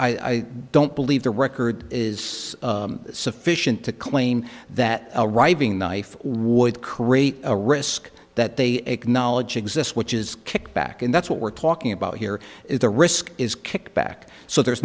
risk i don't believe the record is sufficient to claim that a riving knife would create a risk that they acknowledge exists which is kickback and that's what we're talking about here is the risk is kickback so there's